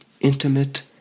intimate